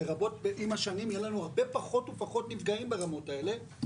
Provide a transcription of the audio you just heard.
שגם לרבות עם השנים יהיו לנו הרבה פחות ופחות נפגעים ברמות האלה,